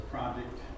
Project